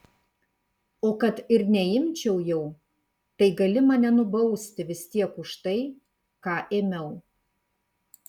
o kad ir neimčiau jau tai gali mane nubausti vis tiek už tai ką ėmiau